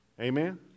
amen